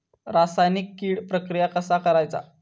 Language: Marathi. रासायनिक कीड प्रक्रिया कसा करायचा?